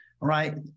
right